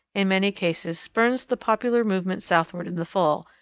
in many cases spurns the popular movement southward in the fall,